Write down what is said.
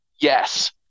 Yes